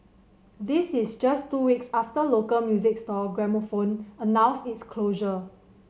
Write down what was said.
this is just two weeks after local music store Gramophone announced its closure